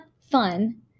fun